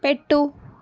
పెట్టు